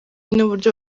n’uburyo